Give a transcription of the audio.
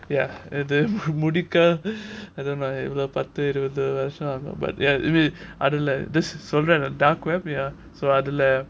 ya இது முடிக்க பத்து இருபது வருஷம் ஆகும்:idhu mudikka paththu irubathu varusham aagum but ya dark web so அதுல:adhula